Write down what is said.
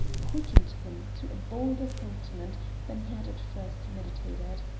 quickened him to a bolder sentiment than he had at first meditated.